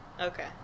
Okay